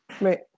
Right